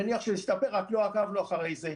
רק לא עקבנו אחרי זה.